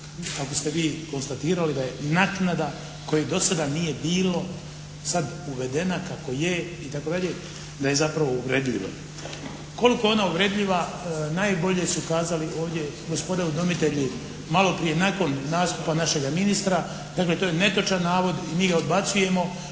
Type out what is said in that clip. kako ste vi konstatirali da je naknada koje do sada nije bilo sad uvedena kako je itd., da je zapravo uvredljiva. Koliko je ona uvredljiva najbolje su kazali ovdje gospoda udomitelji, maloprije nakon nastupa našega ministra. Dakle, to je netočan navod i mi ga odbacujemo.